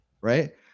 Right